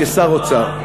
כשר אוצר.